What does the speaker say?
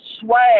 swag